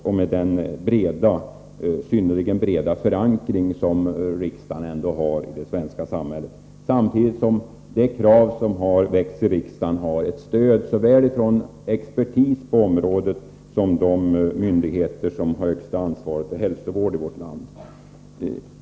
Riksdagen har en synnerligen bred förankring i det svenska samhället, samtidigt som det krav som väcks i riksdagen har ett stöd från såväl expertis på området som de myndigheter som har högsta ansvaret för hälsovården i vårt land.